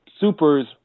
Super's